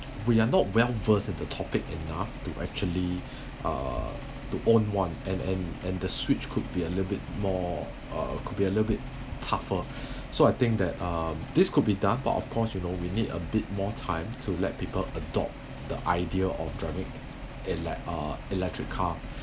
we are not well versed in the topic enough to actually uh to own one and and and the switch could be a little bit more uh could be a little bit tougher so I think that um this could be done but of course you know we need a bit more time to let people adopt the idea of driving elect~ uh electric car